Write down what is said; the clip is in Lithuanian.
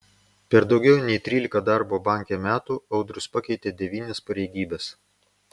per daugiau nei trylika darbo banke metų audrius pakeitė devynias pareigybes